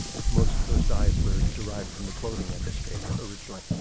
most of those dyes were derived from the clothing industry originally.